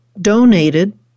donated